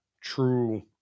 true